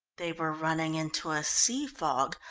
they were running into a sea fog,